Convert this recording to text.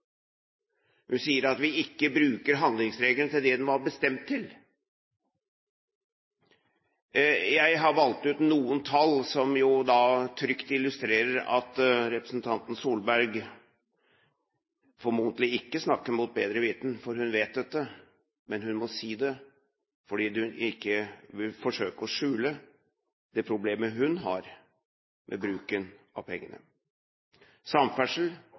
Hun sier at vi ikke bruker handlingsregelen til det den var bestemt til. Jeg har valgt ut noen tall som illustrerer at representanten Solberg formodentlig ikke snakker mot bedre vitende – hun vet dette. Men hun må si det fordi hun vil forsøke å skjule det problemet hun har med bruken av